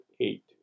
eight